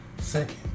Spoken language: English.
second